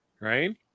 right